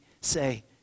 say